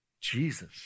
Jesus